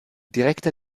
direkte